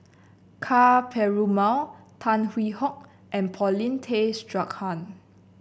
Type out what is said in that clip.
Ka Perumal Tan Hwee Hock and Paulin Tay Straughan